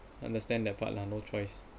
understand that part lah no choice